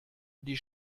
die